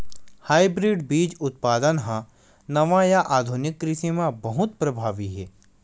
hybrid बीज उत्पादन हा नवा या आधुनिक कृषि मा बहुत प्रभावी हे